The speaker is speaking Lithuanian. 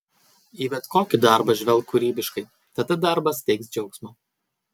į bet kokį darbą žvelk kūrybiškai tada darbas teiks džiaugsmą